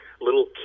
little